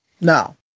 no